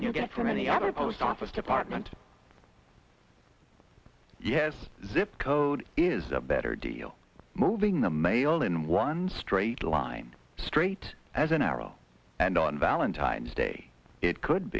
than you get from any other post office department yes zip code is a better deal moving the mail in one straight line straight as an arrow and on valentine's day it could